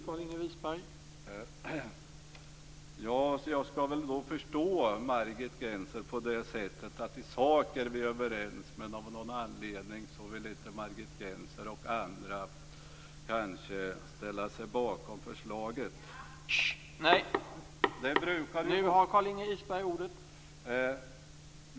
Herr talman! Jag skall väl då förstå Margit Gennser på det sättet att vi i sak är överens men att hon och andra av någon anledning inte vill ställa sig bakom förslaget.